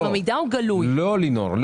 אם המידע הוא גלוי --- לא, לינור.